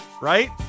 Right